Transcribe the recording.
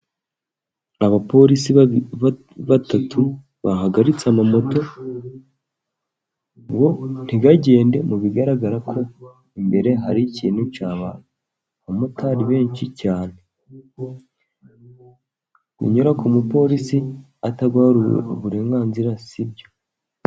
Abaporisi batatu bahagaritse amamoto ngo ntibagende mu bigaragara ko imbere hari ikintu cyaba. Abamotari benshi cyane. Kunyura ku mupolisi atagahaye uburenganzira si byo.